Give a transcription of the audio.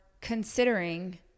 considering